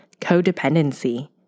codependency